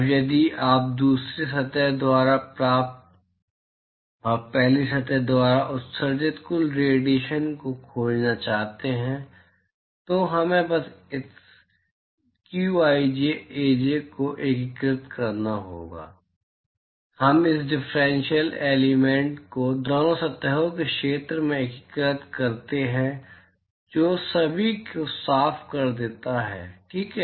अब यदि आप दूसरी सतह द्वारा प्राप्त और पहली सतह द्वारा उत्सर्जित कुल रेडिएशन को खोजना चाहते हैं तो हमें बस इस qij Aj को एकीकृत करना होगा हम इस डिफरेंशियल एलिमेंट को दोनों सतहों के क्षेत्र में एकीकृत करते हैं जो सभी को साफ़ कर देता है ठीक है